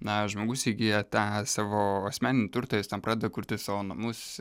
na žmogus įgyja tą savo asmeninį turtą jis ten pradeda kurti savo namus